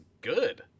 good